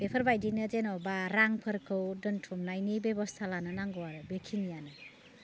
बेफोरबायदिनो जेनेबा रांफोरखौ दोनथुमनायनि बेबस्था लानो नांगौ आरो बेखिनियानो